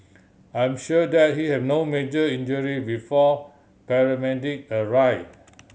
I'm sure that he had no major injury before paramedic arrive